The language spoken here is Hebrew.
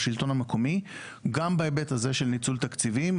השלטון המקומי גם בהיבט של ניצול תקציבים,